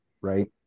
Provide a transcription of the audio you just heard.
right